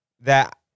that-